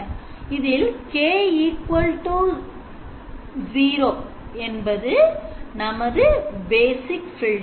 இதில்k0 நமது basic filter